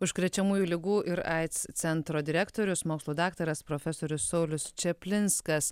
užkrečiamųjų ligų ir aids centro direktorius mokslų daktaras profesorius saulius čaplinskas